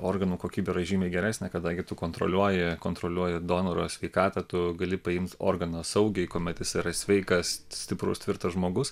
organų kokybė yra žymiai geresnė kada gi tu kontroliuoji kontroliuoji donoro sveikatą tu gali paimt organą saugiai kuomet jis yra sveikas stiprus tvirtas žmogus